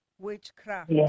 Witchcraft